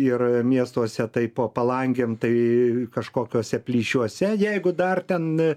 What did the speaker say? ir miestuose tai po palangėm tai kažkokiuose plyšiuose jeigu dar ten